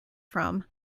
from